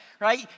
Right